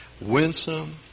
winsome